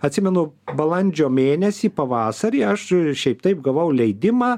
atsimenu balandžio mėnesį pavasarį aš šiaip taip gavau leidimą